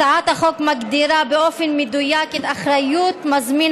הצעת החוק מגדירה באופן מדויק יותר את אחריות מזמין